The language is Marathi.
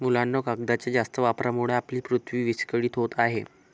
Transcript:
मुलांनो, कागदाच्या जास्त वापरामुळे आपली पृथ्वी विस्कळीत होत आहे